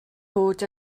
bod